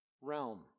realm